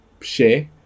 share